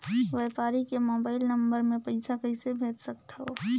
व्यापारी के mobile number मे पईसा कइसे भेज सकथव?